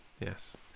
Yes